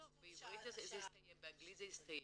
בעברית זה הסתיים, באנגלית זה הסתיים.